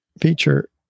Feature